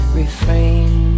refrain